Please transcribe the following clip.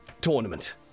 tournament